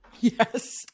Yes